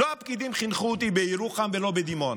לא הפקידים חינכו אותי בירוחם ולא בדימונה,